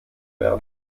werden